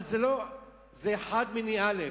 אבל זה אחד מני אלף.